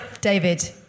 David